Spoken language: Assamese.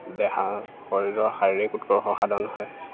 দেহা শৰীৰৰ শাৰীৰিক উৎকৰ্ষ সাধন হয়